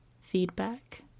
feedback